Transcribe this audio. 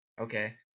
Okay